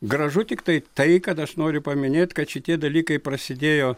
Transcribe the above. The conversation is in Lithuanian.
gražu tiktai tai kad aš noriu paminėt kad šitie dalykai prasidėjo